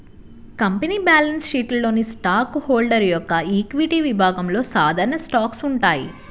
company balance షీట్లోని stock holder యొక్క equity విభాగంలో సాధారణ స్టాక్స్ ఉంటాయి